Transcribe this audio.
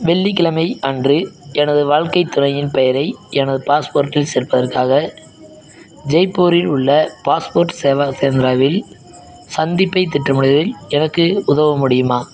வெள்ளிக்கிழமை அன்று எனது வாழ்க்கைத் துணையின் பெயரை எனது பாஸ்போர்ட்டில் சேர்ப்பதற்காக ஜெய்ப்பூரில் உள்ள பாஸ்போர்ட் சேவா கேந்திராவில் சந்திப்பைத் திட்டமிடுவதில் எனக்கு உதவ முடியுமா